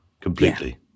completely